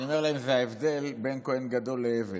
אני אומר להם: זה ההבדל בין כוהן גדול לעבד.